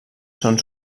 són